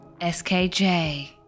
SKJ